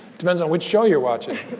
depends on which show you're watching.